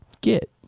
get